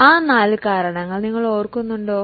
ഈ നാല് കാരണങ്ങൾ നിങ്ങൾ ഓർക്കുന്നുണ്ടോ